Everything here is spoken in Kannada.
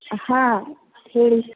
ಹಾಂ ಹೇಳಿ